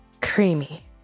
creamy